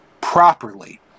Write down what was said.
properly